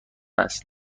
است